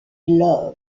love